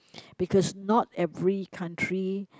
because not every country